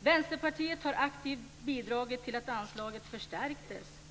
Vänsterpartiet har aktivt bidragit till att anslaget förstärktes.